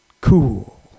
cool